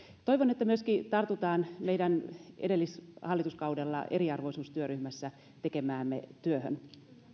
toivon että tartutaan myöskin meidän edellisellä hallituskaudella eriarvoisuustyöryhmässä tekemäämme työhön